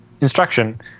instruction